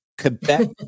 Quebec